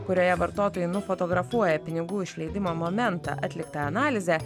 kurioje vartotojai nufotografuoja pinigų išleidimo momentą atliktą analizę